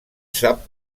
sap